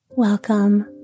Welcome